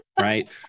Right